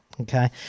Okay